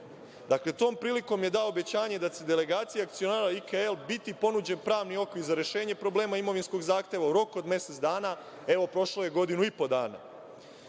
dobro. Tom prilikom je dao obećanje da će delegaciji akcionara IKL-a biti ponuđen pravni okvir za rešenje problema imovinskog zahteva u roku od mesec dana. Evo, prošlo je godinu i po dana.